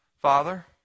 Father